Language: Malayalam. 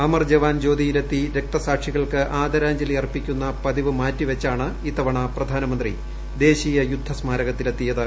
അമർ ജവാൻ ജ്യോതിയിലെത്തി രക്തസാക്ഷികൾക്ക് ആദരാഞ്ജലി അർപ്പിക്കുന്ന പതിവ് മാറ്റിപ്പച്ചാട്ട്ണ് ഇത്തവണ പ്രധാനമന്ത്രി ദേശീയ യുദ്ധ സ്മാരകത്തിലെത്തിയിത്